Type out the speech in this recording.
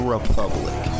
Republic